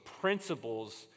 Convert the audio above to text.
principles